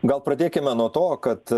gal pradėkime nuo to kad